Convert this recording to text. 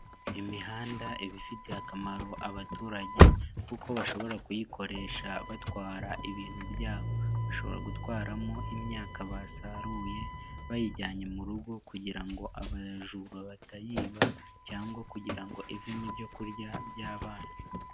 Imihanda iba ifitiye akamaro abaturage, kuko bashobora kuyikoresha batwara ibintu byabo. Bashobora gutwaramo imyaka basaruye bayijyanye mu rugo, kugira ngo abajura batayiba, cyangwa kugira ngo ivemo ibyo kurya by'abana.